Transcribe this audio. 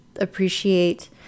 appreciate